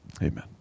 amen